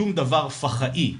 שום דבר פח"עי",